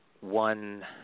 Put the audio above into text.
one –